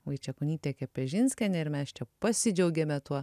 vaičekonytė kepežinskienė ir mes čia pasidžiaugėme tuo